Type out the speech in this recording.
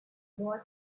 boy